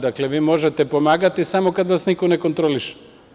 Dakle, vi možete pomagati samo kada vas niko ne kontroliše.